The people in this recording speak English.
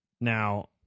now